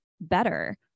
better